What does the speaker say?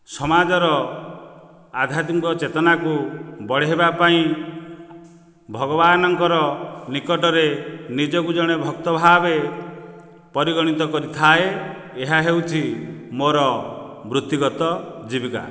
ସମାଜର ଆଧ୍ୟାତ୍ମିକ ଚେତନାକୁ ବଢ଼ାଇବା ପାଇଁ ଭଗବାନଙ୍କର ନିକଟରେ ନିଜକୁ ଜଣେ ଭକ୍ତ ଭାବେ ପରିଗଣିତ କରିଥାଏ ଏହା ହେଉଛି ମୋର ବୃତ୍ତିଗତ ଜୀବିକା